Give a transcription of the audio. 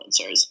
influencers